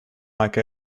like